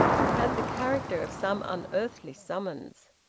it had the character of some unearthly summons.